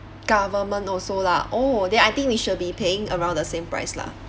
government also lah oh then I think we should be paying around the same price lah